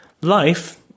Life